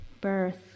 birth